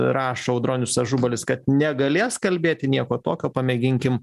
rašo audronius ažubalis kad negalės kalbėti nieko tokio pamėginkim